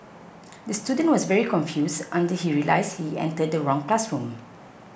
the student was very confused until he realised he entered the wrong classroom